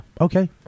Okay